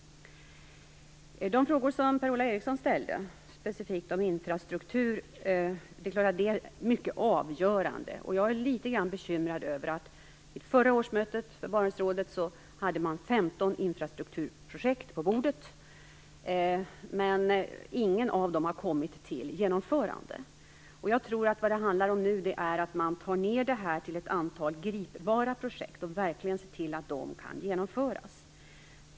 De frågor som Per-Ola Eriksson ställde, specifikt om infrastruktur, är självfallet mycket avgörande. Jag är litet bekymrad över att inget av 15 infrastrukturprojekt man hade på bordet vid förra årsmötet i Barentsrådet har kommit till genomförande. Jag tror att det nu handlar om att ta ned det här till ett antal gripbara projekt och att se till att de verkligen kan genomföras.